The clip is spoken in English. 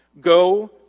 Go